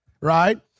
right